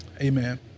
amen